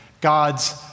God's